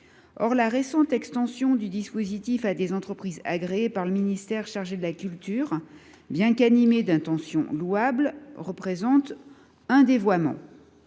Or la récente extension du dispositif à des entreprises agréées par le ministère chargé de la culture, bien qu’elle procède d’une intention louable, constitue un dévoiement